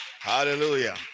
Hallelujah